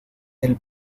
del